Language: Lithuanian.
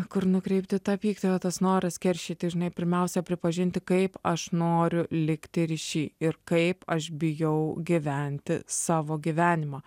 kur nukreipti tą pyktį va tas noras keršyti žinai pirmiausia pripažinti kaip aš noriu likti ryšy ir kaip aš bijau gyventi savo gyvenimą